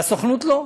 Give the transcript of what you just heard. והסוכנות לא?